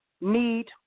need